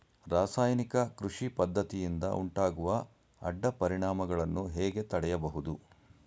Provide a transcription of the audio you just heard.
ರಾಸಾಯನಿಕ ಕೃಷಿ ಪದ್ದತಿಯಿಂದ ಉಂಟಾಗುವ ಅಡ್ಡ ಪರಿಣಾಮಗಳನ್ನು ಹೇಗೆ ತಡೆಯಬಹುದು?